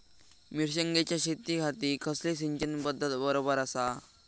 मिर्षागेंच्या शेतीखाती कसली सिंचन पध्दत बरोबर आसा?